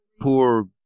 poor